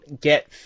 get